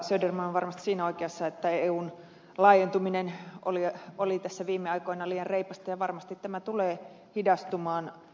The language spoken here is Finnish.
söderman on varmasti siinä oikeassa että eun laajentuminen oli tässä viime aikoina liian reipasta ja varmasti tämä tulee hidastumaan tulevaisuudessa